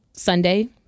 Sunday